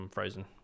Frozen